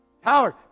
Howard